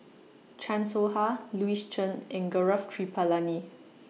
Chan Soh Ha Louis Chen and Gaurav Kripalani